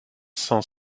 cent